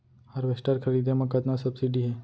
Harvester खरीदे म कतना सब्सिडी हे?